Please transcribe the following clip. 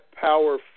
Power